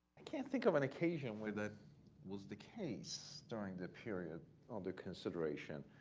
i can't think of an occasion when that was the case during the period under consideration,